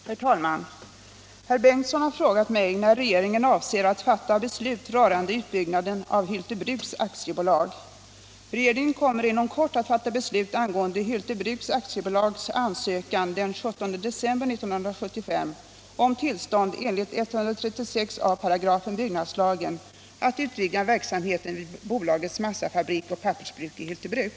Herr talman! Herr Ingemund Bengtsson i Varberg har frågat mig när regeringen avser att fatta beslut rörande utbyggnaden av Hylte Bruks AB. Regeringen kommer inom kort att fatta beslut angående Hylte Bruks AB:s ansökan den 17 december 1975 om tillstånd att enligt 136 a § byggnadslagen utvidga verksamheten vid bolagets massafabrik och pappersbruk i Hyltebruk.